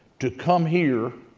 to come here,